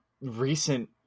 recent